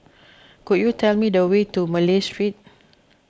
could you tell me the way to Malay Street